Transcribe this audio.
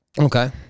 Okay